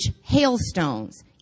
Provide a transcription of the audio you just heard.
hailstones